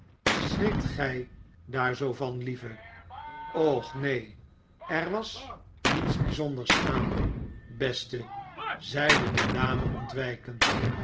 schriktet gij daar zoo van lieve och neen er was niets bijzonders aan beste zeide de dame ontwijkend